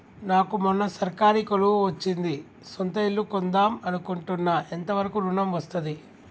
నాకు మొన్న సర్కారీ కొలువు వచ్చింది సొంత ఇల్లు కొన్దాం అనుకుంటున్నా ఎంత వరకు ఋణం వస్తది?